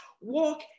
walk